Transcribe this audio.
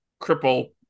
cripple